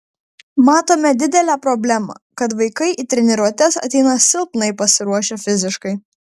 matome didelę problemą kad vaikai į treniruotes ateina silpnai pasiruošę fiziškai